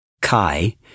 Kai